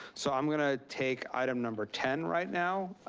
so i'm gonna take item number ten right now.